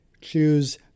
choose